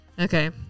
okay